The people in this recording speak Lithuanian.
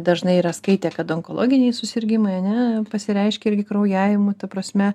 dažnai yra skaitę kad onkologiniai susirgimai a ne pasireiškia irgi kraujavimu ta prasme